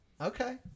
Okay